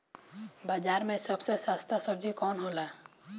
बाजार मे सबसे सस्ता सबजी कौन होला?